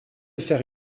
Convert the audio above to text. faire